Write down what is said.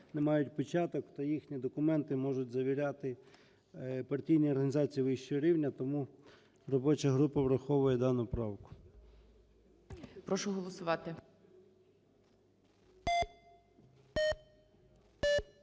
не мають печаток, то їхні документи можуть завіряти партійні організації вищого рівня. Тому робоча група враховує дану правку.